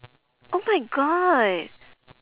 oh my god